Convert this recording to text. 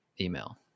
email